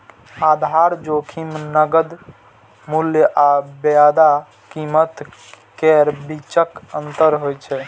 आधार जोखिम नकद मूल्य आ वायदा कीमत केर बीचक अंतर छियै